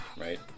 right